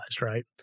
right